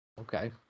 okay